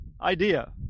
idea